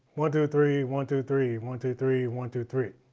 one two three one two three one two three one two three